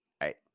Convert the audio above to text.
right